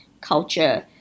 culture